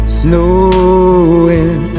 snowing